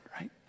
right